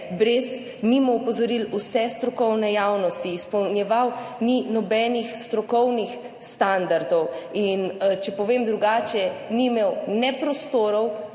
mimo opozoril vse strokovne javnosti, izpolnjeval ni nobenih strokovnih standardov. Če povem drugače, ni imel ne prostorov